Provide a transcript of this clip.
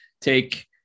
take